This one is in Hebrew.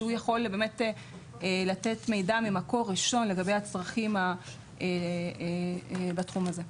שיכול לתת מידע ממקור ראשון לגבי הצרכים בתחום הזה.